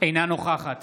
אינה נוכחת